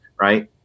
right